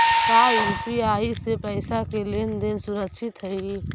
का यू.पी.आई से पईसा के लेन देन सुरक्षित हई?